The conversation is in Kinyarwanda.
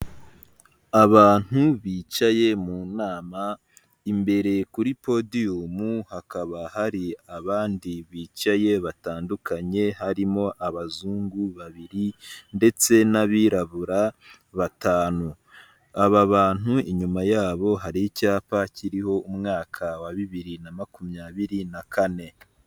Abantu bicaye mu nama imbere kuri podiyumu hakaba hari abandi bicaye batandukanye harimo abazungu babiri, ndetse n'abirabura batanu, aba bantu inyuma yabo hari icyapa kiriho umwaka wa bibiri na makumyabiri na kane.